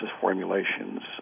formulations